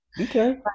okay